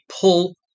pull